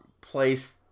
place